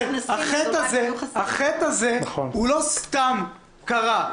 החטא הזה לא סתם קרה,